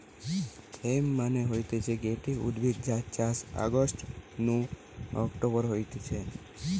hemp মানে হতিছে গটে উদ্ভিদ যার চাষ অগাস্ট নু অক্টোবরে হতিছে